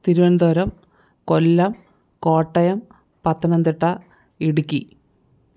Thiruvananthapuram Kollam Kottayam Pathanamthitta Idukki